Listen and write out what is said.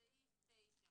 סעיף 9 עונשין.